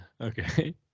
Okay